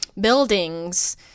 buildings